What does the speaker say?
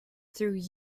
through